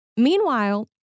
Meanwhile